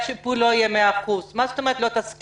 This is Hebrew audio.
שהשיפוי לא יהיה של 100%. מה זאת אומרת לא תסכים?